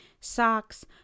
socks